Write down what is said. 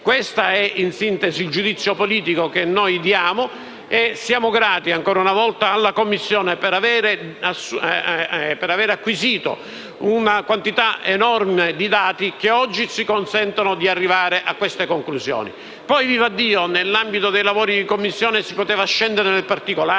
Questo è in sintesi il giudizio politico che diamo. Siamo grati, ancora una volta, alla Commissione per avere acquisito una quantità enorme di dati che oggi ci consentono di arrivare a queste conclusioni. Certamente, nell'ambito dei lavori in Commissione si poteva scendere più nel particolare,